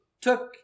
took